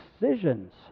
decisions